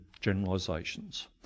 generalizations